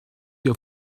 your